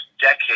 decade